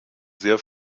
sehr